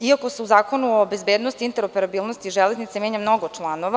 Iako se u Zakonu o bezbednosti interoperabilnosti železnice menja mnogo članova.